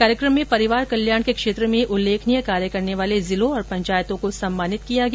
कार्यकम में परिवार कल्याण के क्षेत्र में उल्लेखनीय कार्य करने वाले जिलों और पंचायतों को सम्मानित किया गया